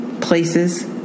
Places